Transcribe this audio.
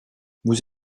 vous